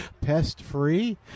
pest-free